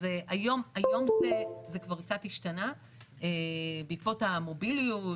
אז היום זה כבר קצת השתנה בעקבות המוביליות,